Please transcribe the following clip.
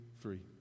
three